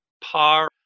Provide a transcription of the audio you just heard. par